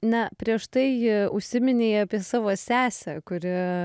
na prieš tai užsiminei apie savo sesę kuri